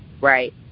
Right